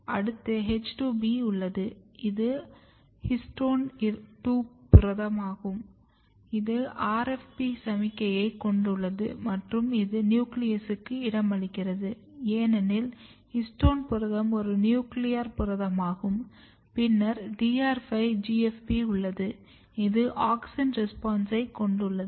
அடுத்து H2B உள்ளது இது ஹிஸ்டோன் 2 புரதம் இது RFP சமிக்ஞையைக் கொண்டுள்ளது மற்றும் இது நியூக்ளியஸுக்கு இடமளிக்கும் ஏனெனில் ஹிஸ்டோன் புரதம் ஒரு நியூக்ளியர் புரதம் ஆகும் பின்னர் DR5 GFP உள்ளது இது ஆக்ஸின் ரெஸ்பான்ஸைக் கொண்டுள்ளது